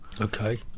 Okay